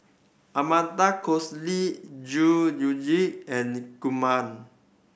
Amanda Koes Lee Zhuye and Kumar